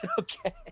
okay